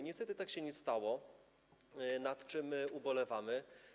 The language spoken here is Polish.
Niestety tak się nie stało, nad czym ubolewamy.